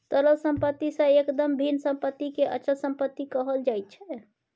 तरल सम्पत्ति सँ एकदम भिन्न सम्पत्तिकेँ अचल सम्पत्ति कहल जाइत छै